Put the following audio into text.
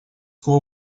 кво